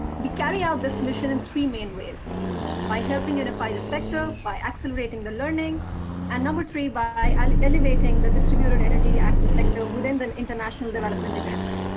we carry out this mission in three main ways by helping identify the sector, by accelerating the learning and, number three, by um elevating the distributed energy access sector within the international development agenda.